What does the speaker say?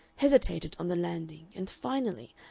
hesitated on the landing, and finally,